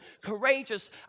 courageous